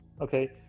Okay